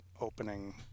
opening